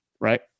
right